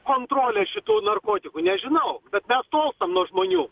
kontrolę šitų narkotikų nežinau bet mes tolstam nuo žmonių